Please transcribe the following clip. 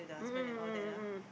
mmhmm mmhmm mmhmm